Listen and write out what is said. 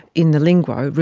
in the lingo,